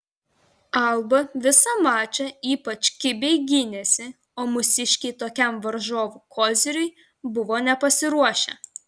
alba visą mačą ypač kibiai gynėsi o mūsiškiai tokiam varžovų koziriui buvo nepasiruošę